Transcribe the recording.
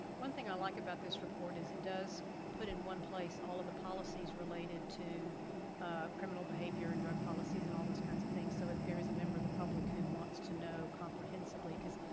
one thing i like about this report is it does put in one place all of the policies related to criminal behavior and drug policies and all those kinds of things, so if there is a member of the public who wants to know comprehensively cause,